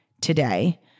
today